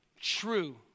true